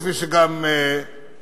כפי שגם נעשה.